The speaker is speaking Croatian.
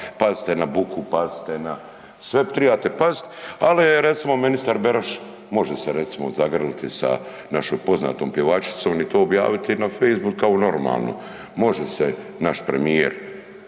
pazite na buku, pazite na, sve tribate pazit, al je recimo ministar Beroš, može se recimo zagrliti sa našom poznatom pjevačicom i to objaviti na facebooku kao normalno. Može se naš premijer,